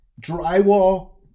Drywall